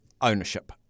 ownership